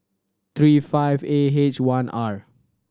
three five A H one R